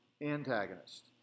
antagonist